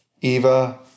Eva